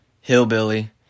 hillbilly